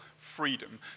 freedom